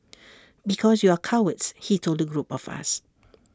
because you are cowards he told the group of us